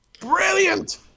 Brilliant